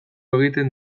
egiten